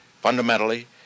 Fundamentally